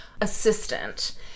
assistant